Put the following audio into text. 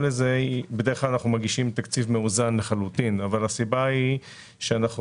בדרך כלל אנחנו מגישים תקציב מאוזן לחלוטין אבל הסיבה היא שאנחנו